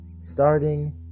starting